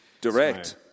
Direct